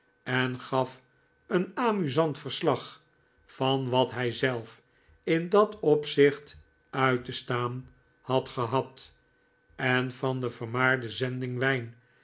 en gaf een amusant verslag van wat hijzelf in dat opzicht uit te staan had gehad en van de vermaarde zending wijn